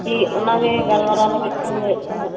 ᱪᱷᱩᱴᱤ ᱚᱱᱟᱜᱮ ᱜᱟᱞᱢᱟᱨᱟᱣ ᱞᱟᱹᱜᱤᱫ ᱛᱮᱧ ᱞᱟᱹᱭᱮᱫ ᱛᱟᱦᱮᱫ